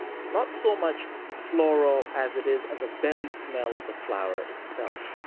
it's not so much floral as it is the very smell of the flower itself.